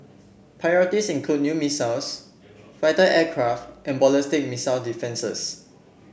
priorities include new missiles fighter aircraft and ballistic missile defences